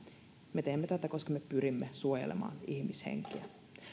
me teemme tätä koska me pyrimme suojelemaan ihmishenkiä